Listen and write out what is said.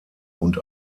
und